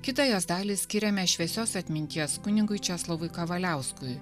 kitą jos dalį skiriame šviesios atminties kunigui česlovui kavaliauskui